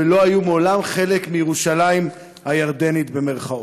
ולא היו מעולם חלק מ"ירושלים הירדנית" במירכאות.